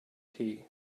tea